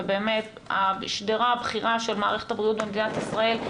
באמת מהשדרה הבכירה של מערכת הבריאות במדינת ישראל,